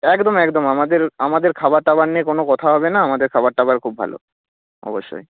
একদম একদম আমাদের আমাদের খাবার টাবার নিয়ে কোনো কথা হবে না আমাদের খাবার টাবার খুব ভালো অবশ্যই